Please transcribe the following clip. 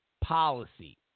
policy